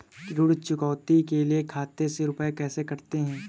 ऋण चुकौती के लिए खाते से रुपये कैसे कटते हैं?